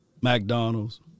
McDonald's